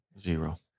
Zero